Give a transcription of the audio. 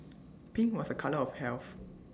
pink was A colour of health